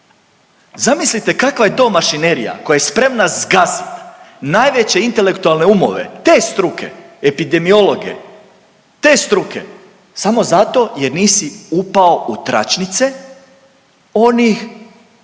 Zamislite kakva je to mašinerija koje spremna zgazit najveće intelektualne umove te struke epidemiologe, te struke samo zato jer nisi upao u tračnice onih koji